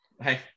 Hey